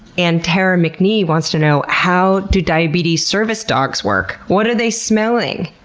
and tara mcnee wants to know how do diabetes service dogs work? what are they smelling?